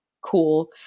cool